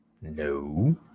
No